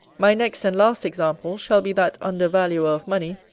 my next and last example shall be that under-valuer of money,